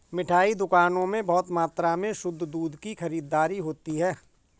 मिठाई दुकानों में बहुत मात्रा में शुद्ध दूध की खरीददारी होती है